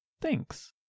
Thanks